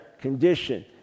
condition